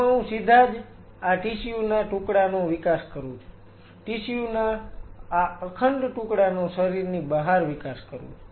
જેમાં હું સીધાજ આ ટિશ્યુ ના ટુકડાનો વિકાસ કરું છું ટિશ્યુ ના અખંડ ટુકડાનો શરીરની બહાર વિકાસ કરું છું